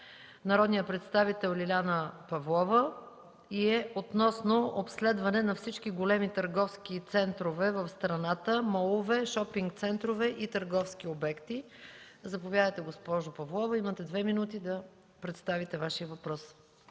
народния представител Лиляна Павлова и е относно обследване на всички големи търговски центрове в страната – молове, шопинг центрове и търговски обекти. Заповядайте, госпожо Павлова. Имате две минути да представите Вашия въпрос.